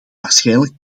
waarschijnlijk